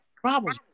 problems